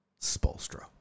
Spolstro